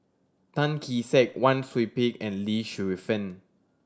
Tan Kee Sek Wang Sui Pick and Lee Shu Fen